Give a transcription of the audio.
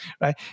right